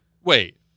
Wait